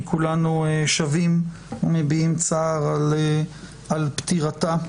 כולנו שבים ומביעים צער על פטירתה,